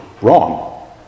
wrong